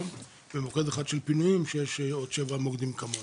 ומוקד אחד של פינויים ויש עוד שבעה מוקדים כמוני.